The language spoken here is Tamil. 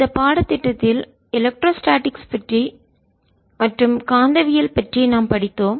இந்த பாடத்திட்டத்தில் எலக்ட்ரோஸ்டேடிக்ஸ் பற்றி மற்றும் காந்தவியல் பற்றி நாம் படித்தோம்